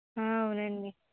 అవునండి